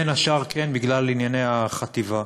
בין השאר, כן, בגלל ענייני החטיבה.